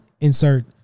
insert